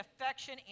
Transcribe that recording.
affection